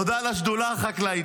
תודה לשדולה החקלאית,